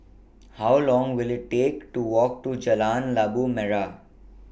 How Long Will IT Take to Walk to Jalan Labu Merah